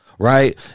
Right